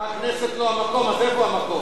אם הכנסת לא המקום אז איפה המקום?